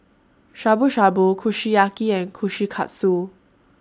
Shabu Shabu Kushiyaki and Kushikatsu